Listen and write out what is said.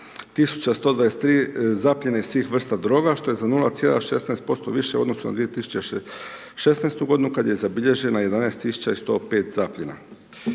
123 zapljene svih vrsta droga što je za 0,16% više u odnosu na 2016. godinu kada je zabilježena 11 tisuća i 105 zapljena.